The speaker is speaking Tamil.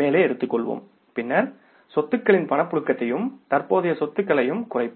மேலே எடுத்துக்கொள்வோம் பின்னர் சொத்துக்களின் பணப்புழக்கத்தையும் தற்போதைய சொத்துக்களையும் குறைப்போம்